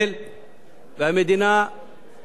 והמדינה מנסה,